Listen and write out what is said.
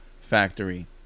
factory